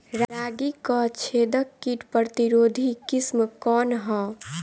रागी क छेदक किट प्रतिरोधी किस्म कौन ह?